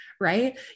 right